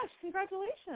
Congratulations